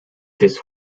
this